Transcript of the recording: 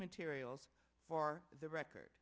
materials for the record